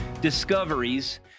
discoveries